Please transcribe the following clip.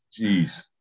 Jeez